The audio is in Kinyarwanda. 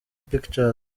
pictures